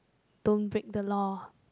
don't break the law